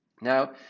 Now